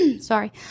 sorry